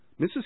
Mrs